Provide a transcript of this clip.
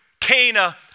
Cana